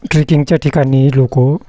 ट्रेकिंगच्या ठिकाणी लोक